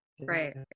Right